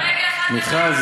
מיכל,